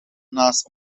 naast